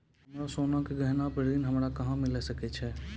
हमरो सोना के गहना पे ऋण हमरा कहां मिली सकै छै?